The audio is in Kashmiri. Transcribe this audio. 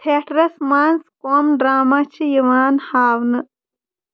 ٹھیٹھرَس منٛز کَم ڈرٛاما چھِ یِوان ہاونہٕ